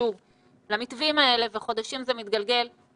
את עצמם חוזרים לזום כשהם תכננו מה הם ילבשו באותו בוקר,